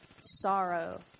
sorrow